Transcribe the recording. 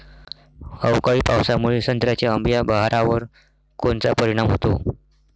अवकाळी पावसामुळे संत्र्याच्या अंबीया बहारावर कोनचा परिणाम होतो?